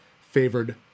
favored